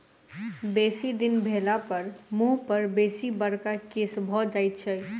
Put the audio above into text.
बेसी दिन भेलापर मुँह पर बेसी बड़का केश भ जाइत छै